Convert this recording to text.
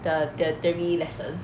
the the theory lesson